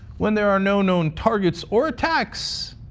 when they are no known targets or attacks,